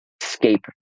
escape